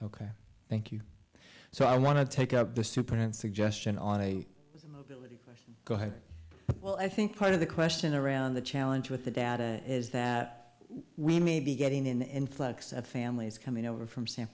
ok thank you so i want to take up the superman suggestion on a mobility well i think part of the question around the challenge with the data is that we may be getting in flux of families coming over from san